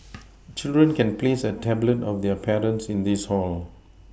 children can place a tablet of their parents in this hall